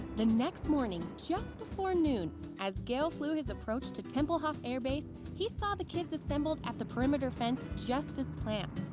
the next morning, just before noon as gail flew his approach to tempelhof air base, he saw the kids assembled at the perimeter fence just as planned.